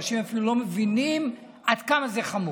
אנשים אפילו לא מבינים עד כמה זה חמור.